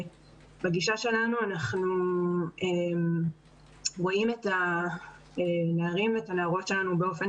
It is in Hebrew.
הגישה שלנו היא לראות את הנערים ואת הנערות שלנו באופן